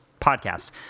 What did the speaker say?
podcast